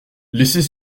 laissez